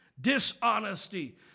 dishonesty